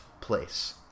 place